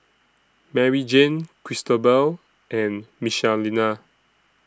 Maryjane Cristobal and Michelina